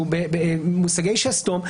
שהוא במושגי שסתום,